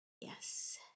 Yes